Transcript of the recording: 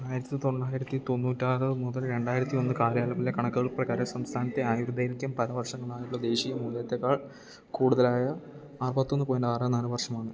ആയിരത്തി തൊള്ളായിരത്തി തൊണ്ണൂറ്റാറ് മുതൽ രണ്ടായിരത്തി ഒന്ന് കാലയളവിലെ കണക്കുകൾ പ്രകാരം സംസ്ഥാനത്തെ ആയുർ ദൈർഘ്യം പലവര്ഷങ്ങളായുള്ള ദേശീയ മൂല്യത്തേക്കാൾ കൂടുതലായ അറുപത്തൊന്ന് പോയിൻ്റ് ആറ് നാല് വർഷമാണ്